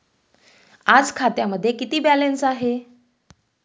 आज खात्यामध्ये किती बॅलन्स आहे?